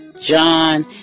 John